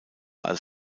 als